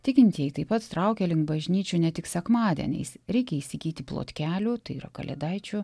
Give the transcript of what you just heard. tikintieji taip pat traukia link bažnyčių ne tik sekmadieniais reikia įsigyti plotkelių tai yra kalėdaičių